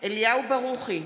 אליהו ברוכי,